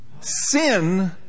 sin